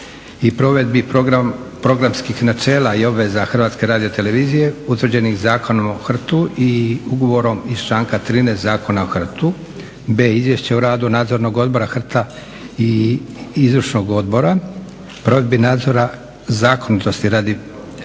i provedbi programskih načela i obveza HRT-a utvrđenih Zakonom o HRT-u i ugovorima iz članka 13. Zakona o HRT-u. Izvješće o radu nadzornog odbora HRT-a i izvršnog odbora provedbi nadzora zakonitosti rada i